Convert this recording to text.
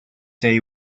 day